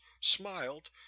smiled